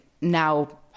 now